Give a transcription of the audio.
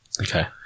Okay